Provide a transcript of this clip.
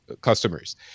customers